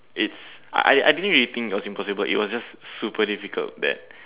it's I I didn't really think it was impossible it was just super difficult that